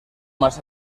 más